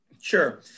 Sure